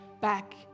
back